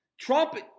Trump